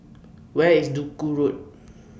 Where IS Duku Road